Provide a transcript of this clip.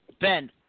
Ben